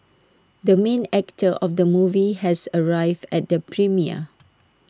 the main actor of the movie has arrived at the premiere